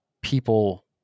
people